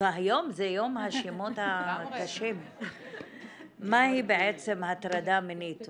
"מהי בעצם הטרדה מינית".